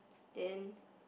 then